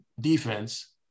defense